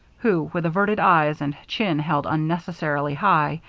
who, with averted eyes and chin held unnecessarily high,